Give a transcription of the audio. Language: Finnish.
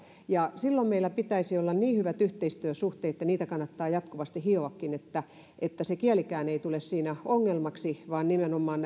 silloin meillä pitäisi olla niin hyvät yhteistyösuhteet ja niitä kannattaa jatkuvasti hioakin että että kielikään ei tule siinä ongelmaksi vaan nimenomaan